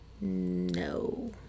No